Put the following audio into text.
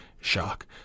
shock